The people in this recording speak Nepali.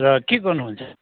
र के गर्नुहुन्छ